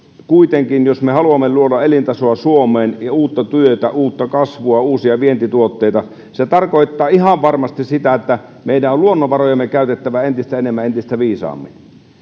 jos me haluamme luoda elintasoa suomeen ja uutta työtä uutta kasvua ja uusia vientituotteita se tarkoittaa ihan varmasti sitä että meidän on luonnonvarojamme käytettävä entistä enemmän ja entistä viisaammin